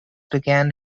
began